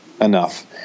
enough